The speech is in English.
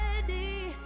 ready